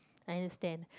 I need to stand